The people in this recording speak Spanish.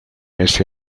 ese